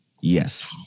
yes